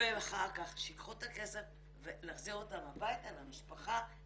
ואחר כך שייקחו את הכסף ולהחזיר אותן הביתה למשפחה,